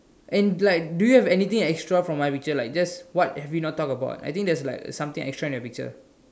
and like do you have anything extra from my picture like just what have we not talk about I think there's like something extra in your picture